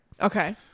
okay